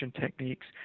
techniques